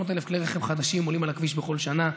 300,000 כלי רכב חדשים עולים על הכביש בכל שנה.